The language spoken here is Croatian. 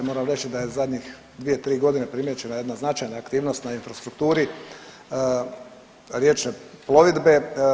Moram reći da je zadnjih 2, 3 godine primijećena jedna značajna aktivnost na infrastrukturi riječne plovidbe.